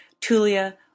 Tulia